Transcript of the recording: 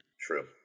true